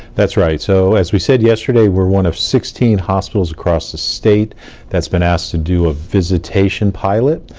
that's right, so as we said yesterday, we're one of sixteen hospitals across the state that's been asked to do a visitation pilot,